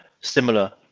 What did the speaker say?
similar